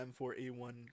M4A1